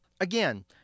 Again